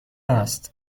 است